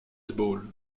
ball